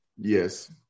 Yes